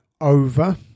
over